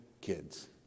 kids